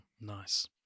nice